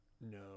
No